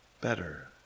better